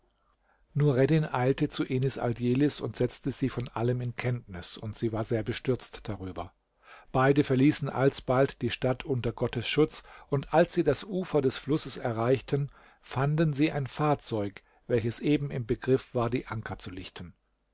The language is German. nureddin eilte zu enis aldjelis und setzte sie von allem in kenntnis und sie war sehr bestürzt darüber beide verließen alsbald die stadt unter gottes schutz und als sie das ufer des flusses erreichten fanden sie ein fahrzeug welches eben im begriff war die anker zu lichten